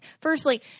Firstly